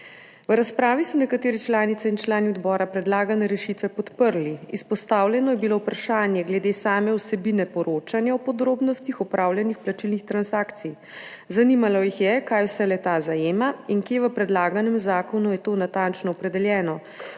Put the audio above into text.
V razpravi so nekatere članice in člani odbora predlagane rešitve podprli. Izpostavljeno je bilo vprašanje glede same vsebine poročanja o podrobnostih opravljenih plačilnih transakcij. Zanimalo jih je, kaj vse le-ta zajema in kje v predlaganem zakonu je to natančno opredeljeno.